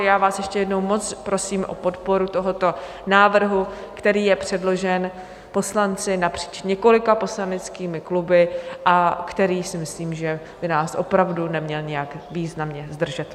Já vás ještě jednou moc prosím o podporu tohoto návrhu, který je předložen poslanci napříč několika poslaneckými kluby a který si myslím, že by nás opravdu neměl nějak významně zdržet.